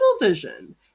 vision